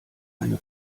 eine